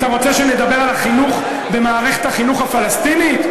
אתה רוצה שנדבר על החינוך במערכת החינוך הפלסטינית?